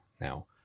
Now